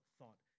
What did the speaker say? thought